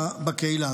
בקהילה.